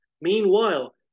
Meanwhile